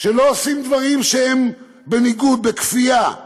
שלא עושים דברים שהם בניגוד, בכפייה,